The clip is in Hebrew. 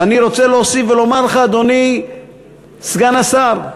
ואני רוצה להוסיף ולומר לך, אדוני סגן השר,